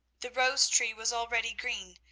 the rose tree was already green,